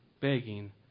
begging